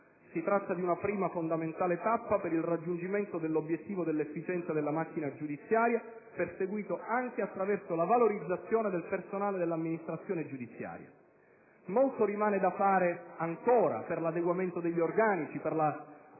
Si tratta di una prima fondamentale tappa per il raggiungimento dell'obiettivo dell'efficienza della macchina giudiziaria perseguito anche attraverso la valorizzazione del personale dell'amministrazione giudiziaria. Molto rimane ancora da fare per l'adeguamento degli organici, per la